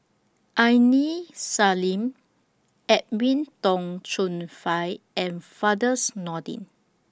Aini Salim Edwin Tong Chun Fai and Firdaus Nordin